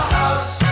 house